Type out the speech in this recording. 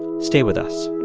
stay with us